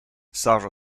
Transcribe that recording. sara